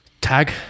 Tag